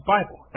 Bible